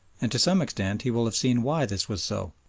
and to some extent he will have seen why this was so.